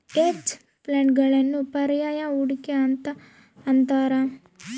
hedge ಫಂಡ್ಗಳನ್ನು ಪರ್ಯಾಯ ಹೂಡಿಕೆ ಅಂತ ಅಂತಾರ